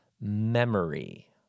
memory